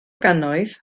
gannoedd